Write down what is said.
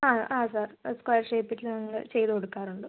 ആ ആ സാർ അത് സ്ക്വയർ ഷേപ്പിൽ നമ്മൾ ചെയ്തു കൊടുക്കാറുണ്ട്